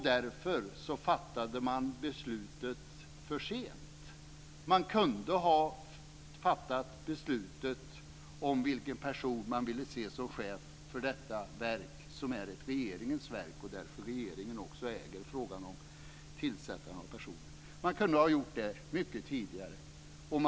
Därför fattade man beslutet för sent. Man kunde ha fattat beslutet om vilken person man ville se som chef för detta verk mycket tidigare. Det är ju regeringens verk, och därför äger regeringen frågan om tillsättning av personer.